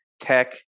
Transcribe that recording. tech